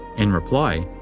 in reply,